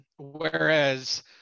Whereas